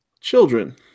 Children